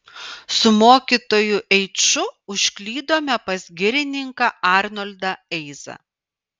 su mokytoju eiču užklydome pas girininką arnoldą eizą